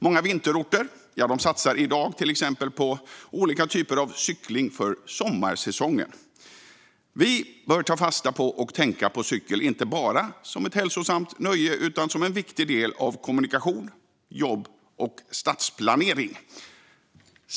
Många vinterorter satsar i dag till exempel på olika typer av cykling för sommarsäsongen. Vi bör ta fasta på och tänka på cykel inte bara som ett hälsosamt nöje utan också som en viktig del av kommunikation, jobb och stadsplanering.